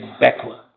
backward